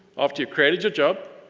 after you've created your job,